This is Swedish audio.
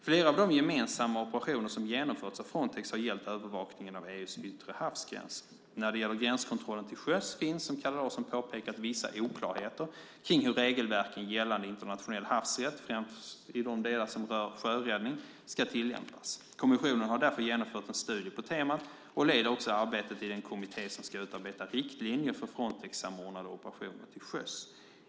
Flera av de gemensamma operationer som genomförts av Frontex har gällt övervakningen av EU:s yttre havsgränser. När det gäller gränskontrollen till sjöss finns, som Kalle Larsson påpekat, vissa oklarheter kring hur regelverken gällande internationell havsrätt, främst i de delar som rör sjöräddning, ska tillämpas. Kommissionen har därför genomfört en studie på temat och leder också arbetet i den kommitté som ska utarbeta riktlinjer för Frontexsamordnade operationer till sjöss.